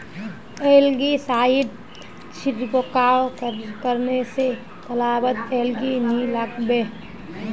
algae side छिड़काव करने स तालाबत एलगी नी लागबे